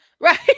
Right